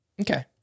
Okay